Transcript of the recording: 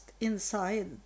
inside